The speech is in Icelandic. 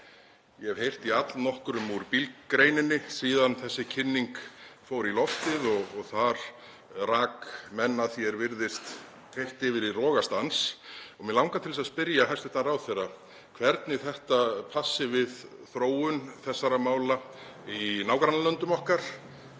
Ég hef heyrt í allnokkrum úr bílgreininni síðan þessi kynning fór í loftið og þar rak menn að því er virðist heilt yfir í rogastans. Mig langar að spyrja hæstv. ráðherra hvernig þetta passi við þróun þessara mála í nágrannalöndum okkar,